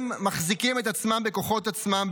הם מחזיקים את עצמם בכוחות עצמם,